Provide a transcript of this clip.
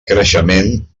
creixement